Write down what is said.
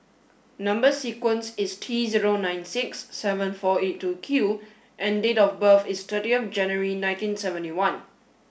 number sequence is T zero nine six seven four eight two Q and date of birth is thirty of January nineteen seventy one